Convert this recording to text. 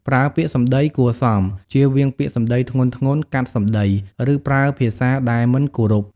ប្រើពាក្យសម្ដីគួរសម ជៀសវាងពាក្យសម្ដីធ្ងន់ៗ កាត់សម្ដី ឬប្រើភាសាដែលមិនគោរព។